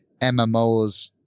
MMOs